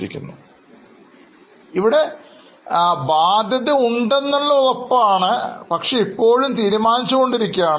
ഇപ്പോൾ അവിടെ ബാധ്യതയുണ്ടെന്ന് ഉറപ്പാണ് പക്ഷേ ഇപ്പോഴും തീരുമാനിച്ചു കൊണ്ടിരിക്കുകയാണ്